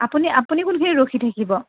আপুনি আপুনি কোনখিনিত ৰখি থাকিব